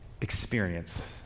experience